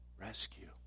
Rescue